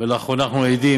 ולאחרונה אנחנו עדים